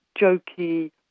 jokey